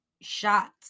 shot